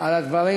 על הדברים,